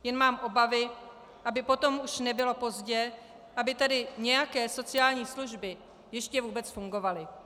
Jen mám obavy, aby potom už nebylo pozdě, aby tady nějaké sociální služby ještě vůbec fungovaly.